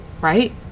right